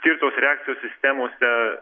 tirtos reakcijos sistemose